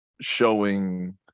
showing